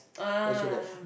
ah